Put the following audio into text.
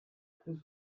très